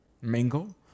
Mingle